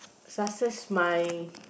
success my